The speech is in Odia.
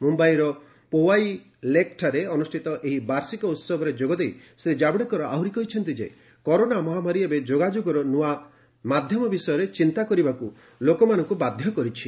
ମୁମ୍ଭାଇର ପୋୱାଇ ଲେକ୍ଠାରେ ଅନୁଷ୍ଠିତ ଏହି ବାର୍ଷିକ ଉହବରେ ଯୋଗ ଦେଇ ଶ୍ରୀ ଜାଭଡେକର ଆହୁରି କହିଛନ୍ତି ଯେ କରୋନା ମହାମାରୀ ଏବେ ଯୋଗାଯୋଗର ନୂଆ ମାଧ୍ୟମ ବିଷୟରେ ଚିନ୍ତା କରିବାକୁ ଲୋକମାନଙ୍କୁ ବାଧ୍ୟ କରିଛି